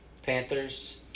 Panthers